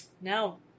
No